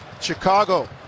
Chicago